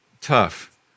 Tough